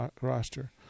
roster